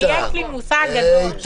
יש לי מושג גדול.